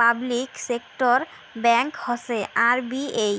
public sector bank হসে RBI